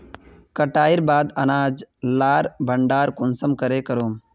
कटाईर बाद अनाज लार भण्डार कुंसम करे करूम?